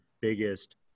biggest